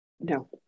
No